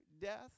death